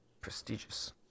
prestigious